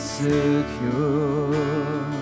secure